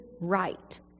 right